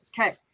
Okay